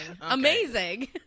amazing